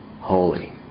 holy